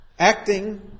Acting